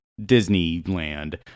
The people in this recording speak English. Disneyland